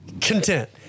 Content